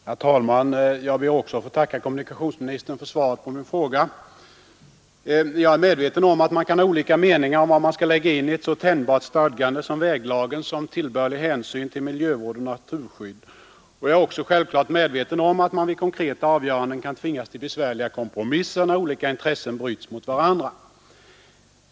Herr talman! Jag ber också att få tacka kommunikationsministern för svaret på min fråga. Jag är medveten om att man kan ha olika meningar om vad som skall läggas in i ett så tänjbart stadgande som väglagens om tillbörlig hänsyn till miljövård och naturskydd. Jag är också självklart medveten om att man vid konkreta avgöranden kan tvingas till besvärliga kompromisser när olika intressen bryts mot varandra.